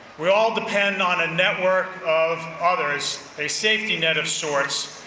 we all depend on a network of others, a safety net of sorts,